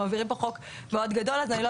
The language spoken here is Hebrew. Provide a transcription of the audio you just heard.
ואנחנו מעבירים פה חוק מאוד גדול אז אני לא